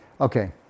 okay